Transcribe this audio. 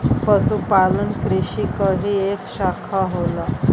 पशुपालन कृषि क ही एक साखा होला